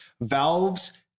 Valves